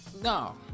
No